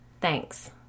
Thanks